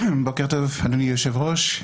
בוקר טוב, אדוני היושב-ראש.